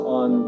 on